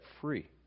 free